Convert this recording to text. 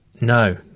no